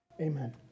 Amen